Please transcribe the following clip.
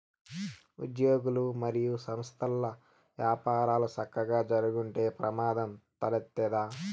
ఉజ్యోగులు, మరియు సంస్థల్ల యపారాలు సక్కగా జరక్కుంటే ప్రమాదం తలెత్తతాది